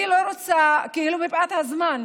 אני לא רוצה, מפאת הזמן,